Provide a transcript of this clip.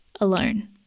alone